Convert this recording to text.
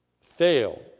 fail